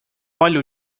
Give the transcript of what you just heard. palju